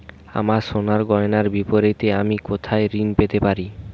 আমার সোনার গয়নার বিপরীতে আমি কোথায় ঋণ পেতে পারি?